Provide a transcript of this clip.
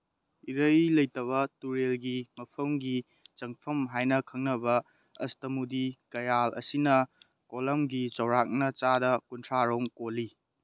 ꯏꯔꯩ ꯂꯩꯇꯕ ꯇꯨꯔꯦꯜꯒꯤ ꯃꯐꯝꯒꯤ ꯆꯪꯐꯝ ꯍꯥꯏꯅ ꯈꯪꯅꯕ ꯑꯁꯇꯃꯨꯗꯤ ꯀꯌꯥꯜ ꯑꯁꯤꯅ ꯀꯣꯂꯝꯒꯤ ꯆꯧꯔꯥꯛꯅ ꯆꯥꯗ ꯀꯨꯟꯊ꯭ꯔꯥꯔꯣꯝ ꯀꯣꯜꯂꯤ